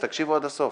אז תקשיבו עד הסוף.